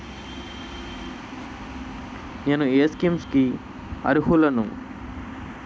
నేను ఏ స్కీమ్స్ కి అరుహులను?